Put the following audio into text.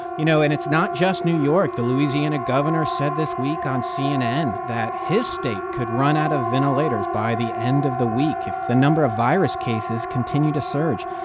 you know, and it's not just new york. the louisiana governor said this week on cnn that his state could run out of ventilators by the end of the week if the number of virus cases continue to surge.